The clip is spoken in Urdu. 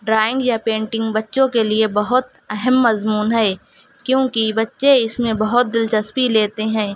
ڈرائنگ یا پینٹنگ بچوں کے لیے بہت اہم مضمون ہے کیوںکہ بچے اس میں بہت دلچسپی لیتے ہیں